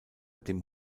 dem